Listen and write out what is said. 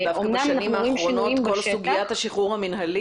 דווקא בשנים האחרונות סוגיית השחרור המינהלי